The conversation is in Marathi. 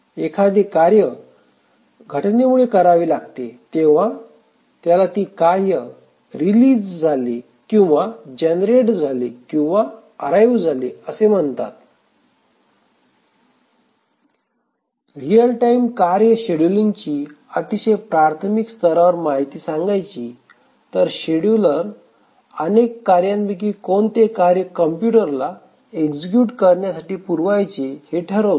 एखादे कार्य घटनेमुळे करावे लागते तेव्हा त्याला ती कार्य रिलीज झाले किंवा जनरेट झाले किंवा अराईव्ह झाले असे म्हणतात रियल टाइम कार्य शेड्युलिंग ची अतिशय प्राथमिक स्तरावर माहिती सांगायची तर शेड्युलर अनेक कार्यांपैकी कोणते कार्य कम्प्युटरला एक्झिक्युट करण्यासाठी पुरवायचे हे ठरवतो